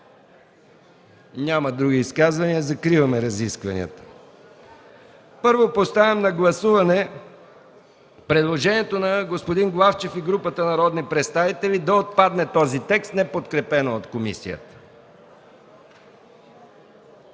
Други изказвания? Няма. Закриваме разискванията. Първо поставям на гласуване предложението на господин Главчев и група народни представители този текст да отпадне, неподкрепено от комисията.